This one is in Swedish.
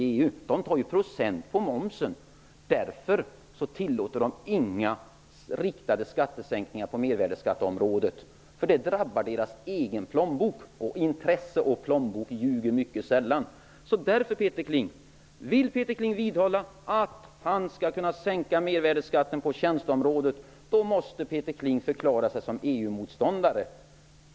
EU tar procent på momsen. Därför tillåter de inga riktade skattesänkningar på mervärdesskatteområdet. Det skulle drabba dess egen plånbok. Intresse och plånbok ljuger mycket sällan. Om Peter Kling vill vidhålla att han skall sänka mervärdesskatten på tjänsteområdet, måste han förklara sig som EU-motståndare.